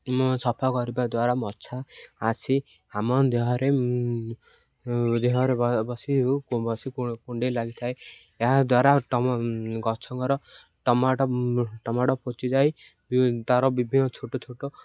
ସଫା କରିବା ଦ୍ୱାରା ମଛା ଆସି ଆମ ଦେହରେ ଦେହରେ ବସି ବସି କୁଣ୍ଡେଇ ଲାଗିଥାଏ ଏହା ଦ୍ୱାରା ଗଛଙ୍କର ଟମାଟୋ ଟମାଟୋ ପଚିଯାଇ ତା'ର ବିଭିନ୍ନ ଛୋଟ ଛୋଟ